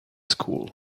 school